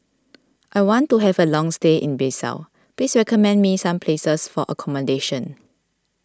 I want to have a long stay in Bissau please recommend me some places for accommodation